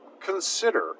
consider